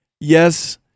yes